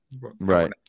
Right